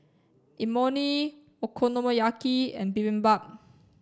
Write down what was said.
Imoni Okonomiyaki and Bibimbap